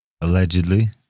allegedly